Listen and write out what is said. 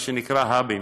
מה שנקרא האבים,